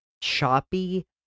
choppy